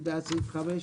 אושר מי בעד סעיף 12?